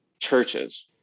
churches